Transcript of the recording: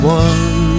one